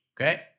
Okay